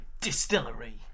Distillery